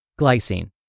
Glycine